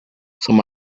some